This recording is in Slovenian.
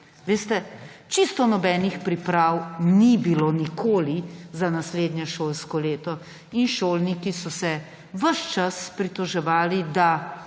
Veste, čisto nobenih priprav ni bilo nikoli za naslednje šolsko leto in šolniki so se ves čas pritoževali, da